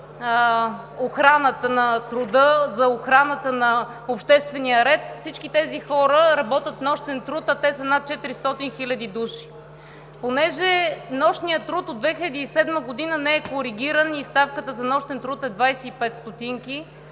за охраната на труда, за охраната на обществения ред. Всички тези хора работят нощен труд, а те са над 400 000 души. Понеже нощният труд от 2007 г. не е коригиран и ставката за този труд е 25 стотинки,